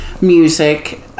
music